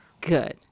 Good